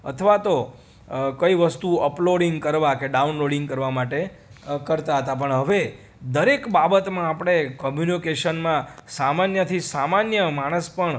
અથવા તો કંઈ વસ્તુ અપલોડિંગ કરવા કે ડાઉનલોડિંગ કરવા માટે કરતા હતા પણ હવે દરેક બાબતમાં આપણે કમ્યુનિકેશનમાં સામાન્યથી સામાન્ય માણસ પણ